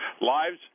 lives